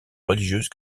religieuse